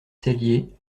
cellier